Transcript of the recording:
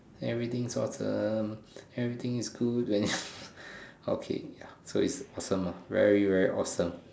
everything is awesome everything is good so it's awesome ah very very awesome